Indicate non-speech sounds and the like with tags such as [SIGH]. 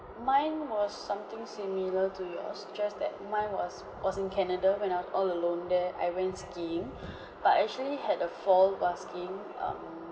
mine was something similar to yours just that mine was was in canada when I was all alone there I went skiing [BREATH] but actually had a fall while skiing um